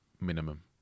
minimum